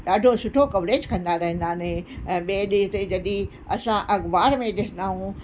ॾाढो सुठो कवरेज कंदा रहंदा आहिनि ऐं ॿिए ॾींहं ते जॾहिं असां अख़बार में ॾिसदायूं